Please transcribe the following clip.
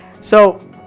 So-